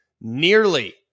nearly